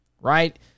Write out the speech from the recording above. right